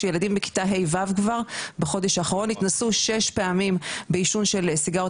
שילדים בכיתה ה'-ו' בחודש האחרון התנסו שש פעמים בעישון של סיגריות